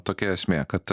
tokia esmė kad